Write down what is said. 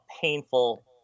painful